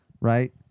right